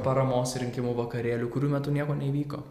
paramos rinkimo vakarėlių kurių metu nieko neįvyko